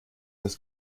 das